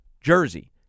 jersey